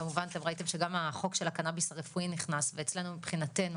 כמובן אתם ראיתם שגם החוק של הקנאביס הרפואי נכנס ואצלנו מבחינתנו,